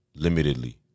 limitedly